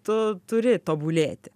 tu turi tobulėti